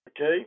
Okay